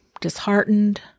disheartened